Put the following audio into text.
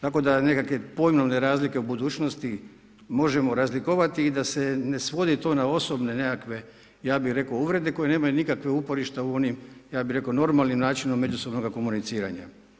Tako da nekakve pojmovne razlike u budućnosti, možemo razlikovati i da se ne svodi to na osobne, nekakve, ja bi rekao uredbe, koji nemamo nikakvo uporište u onim, ja bi rekao, normalnim načinim međusobnoga komuniciranja.